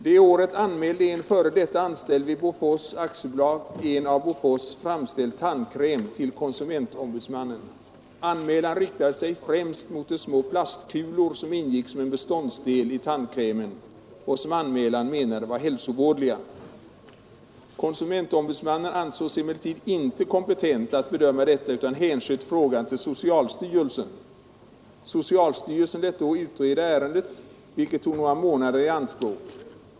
Detta år anmälde en f. d. anställd vid Bofors AB en av Bofors framställd tandkräm till konsumentombudsmannen. Anmälan riktade sig främst mot de små plastkulor som ingick som en beståndsdel i tandkrämen och som anmälaren menade var hälsovådliga. Konsumentombudsmannen ansåg sig emellertid inte kompetent att bedöma detta utan hänsköt frågan till socialstyrelsen. Socialstyrelsen lät då utreda ärendet, vilket tog några månader i anspråk.